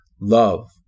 Love